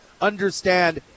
understand